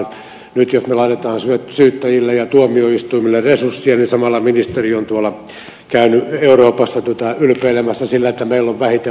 nyt jos me laitamme syyttäjille ja tuomioistuimille resursseja niin samalla ministeriö on käynyt euroopassa ylpeilemässä sillä että meillä on vähiten vankeja